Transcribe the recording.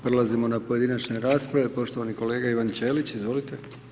Prelazimo na pojedinačne rasprave, poštovani kolega Ivan Ćelić, izvolite.